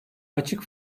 açık